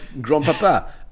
Grandpapa